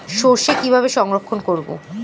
সরষে কিভাবে সংরক্ষণ করব?